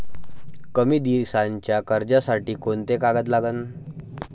कमी दिसाच्या कर्जासाठी कोंते कागद लागन?